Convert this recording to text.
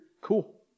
cool